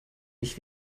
mich